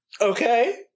Okay